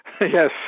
Yes